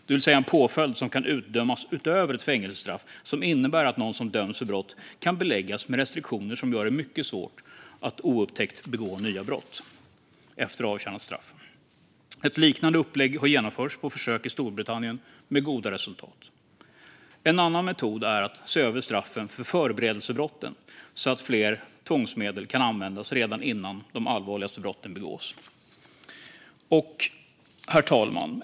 Det är en påföljd som kan utdömas utöver ett fängelsestraff och som innebär att någon som döms för brott kan beläggas med restriktioner som gör det mycket svårt att oupptäckt begå nya brott efter avtjänat straff. Ett liknande upplägg har genomförts på försök i Storbritannien, med goda resultat. En annan metod är att se över straffen för förberedelsebrotten så att fler tvångsmedel kan användas redan innan de allvarligaste brotten begås. Herr talman!